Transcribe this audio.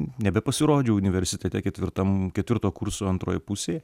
nebepasirodžiau universitete ketvirtam ketvirto kurso antroje pusėje